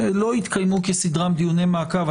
לא התקיימו כסדרם דיוני מעקב.